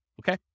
okay